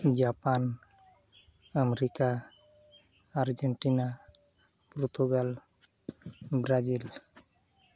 Japan America Argentina Portugal Brazil